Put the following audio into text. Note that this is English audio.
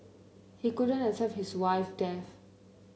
he couldn't accept his wife death